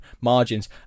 margins